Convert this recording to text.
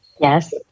Yes